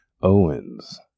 Owens